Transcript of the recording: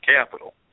capital